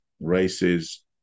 races